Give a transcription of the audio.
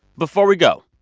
before we go,